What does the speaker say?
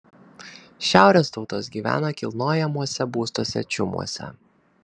šiaurės tautos gyvena kilnojamuose būstuose čiumuose